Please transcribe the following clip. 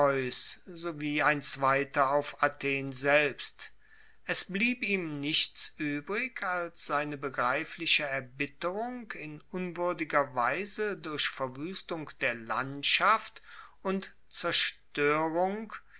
sowie ein zweiter auf athen selbst es blieb ihm nichts uebrig als seine begreifliche erbitterung in unwuerdiger weise durch verwuestung der landschaft und zerstoerung